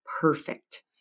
perfect